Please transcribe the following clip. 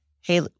Hey